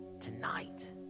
tonight